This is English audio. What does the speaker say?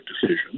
decision